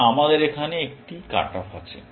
তাই আমাদের এখানে একটা কাট অফ আছে